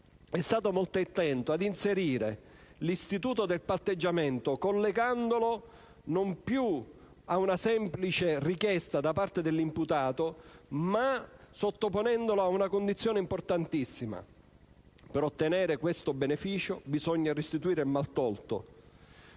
è stato molto attento ad inserire l'istituto del patteggiamento collegandolo non più ad una semplice richiesta da parte dell'imputato, ma sottoponendolo ad una condizione importantissima: per ottenere questo beneficio bisogna restituire il maltolto.